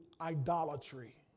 idolatry